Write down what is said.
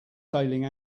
sailing